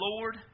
Lord